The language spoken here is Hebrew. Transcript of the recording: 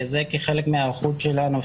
זה כחלק מההיערכות שלנו,